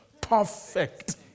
Perfect